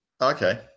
Okay